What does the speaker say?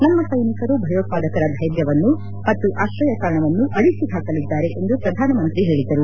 ನಮ್ಮ ಸೈನಿಕರು ಭಯೋತ್ವಾದಕರ ಧೈರ್ಯವನ್ನು ಮತ್ತು ಆಶ್ರಯತಾಣವನ್ನು ಅಳಿಸಿ ಹಾಕಲಿದ್ದಾರೆ ಎಂದು ಪ್ರಧಾನಮಂತ್ರಿ ಹೇಳಿದರು